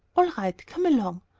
all right come along!